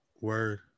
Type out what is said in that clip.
Word